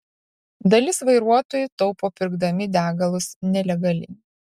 dalis vairuotojų taupo pirkdami degalus nelegaliai